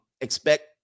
expect